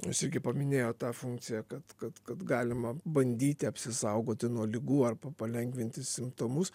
jūs irgi paminėjot tą funkciją kad kad kad galima bandyti apsisaugoti nuo ligų arba palengvinti simptomus